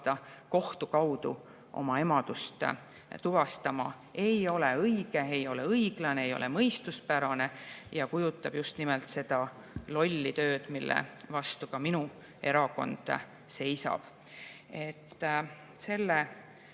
kohtu kaudu saata oma emadust tuvastama ei ole õige, ei ole õiglane, ei ole mõistuspärane ja see kujutab endast just nimelt seda lolli tööd, mille vastu ka minu erakond seisab. Selle